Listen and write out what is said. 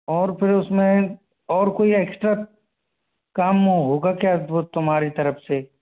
और फिर उसमें और कोई एक्स्ट्रा काम होगा क्या वो तुम्हारी तरफ से